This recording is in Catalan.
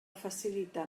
facilita